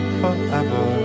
forever